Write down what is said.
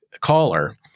caller